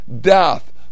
death